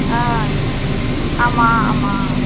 ஆ ஆமாம் ஆமாம்